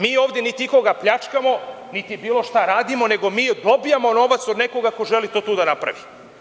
Mi ovde, niti ikoga pljačkamo, niti bilo šta radimo, nego mi dobijamo novac od nekoga ko želi to tu da napravi.